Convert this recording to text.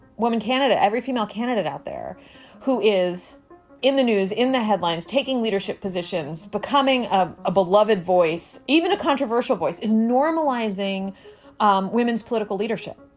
woman candidate, every female candidate out there who is in the news, in the headlines, taking leadership positions, becoming ah a beloved voice, even a controversial voice is normalizing um women's political leadership.